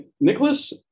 Nicholas